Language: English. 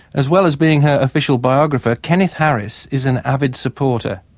as well as being her official biographer, kenneth harris is an avid supporter.